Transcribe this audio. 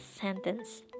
sentence